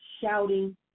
shouting